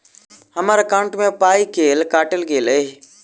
हम्मर एकॉउन्ट मे पाई केल काटल गेल एहि